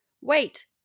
Wait